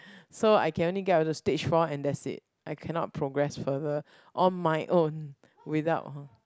so I can only get up to stage four and that's it I cannot progress further on my own without